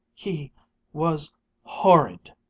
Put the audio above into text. he was horrid!